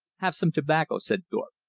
have some tobacco, said thorpe.